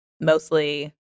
mostly